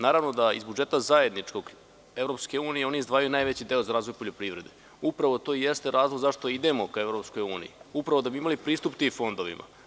Naravno, da iz zajedničkog budžeta EU, oni izdvajaju najveći deo za razvoj poljoprivrede, upravo to i jeste razlog zašto idemo ka EU, da bi imali pristup tim fondovima.